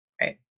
right